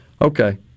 okay